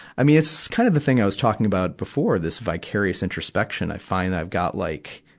i mean, it's kind of the thing i was talking about before, this vicarious introspection. i find i've got like,